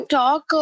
talk